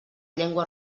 llengua